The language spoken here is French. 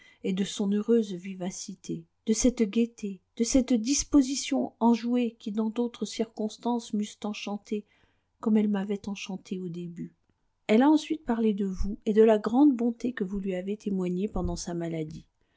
et de son heureuse vivacité de cette gaîté de cette disposition enjouée qui dans d'autres circonstances m'eussent enchantée comme elle m'avait enchantée au début elle a ensuite parlé de vous et de la grande bonté que vous lui ayez témoignée pendant sa maladie